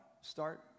start